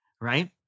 Right